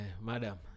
madam